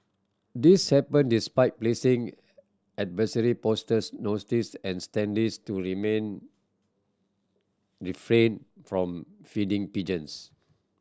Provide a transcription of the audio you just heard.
this happen despite placing advisory posters notice and standees to remain refrain from feeding pigeons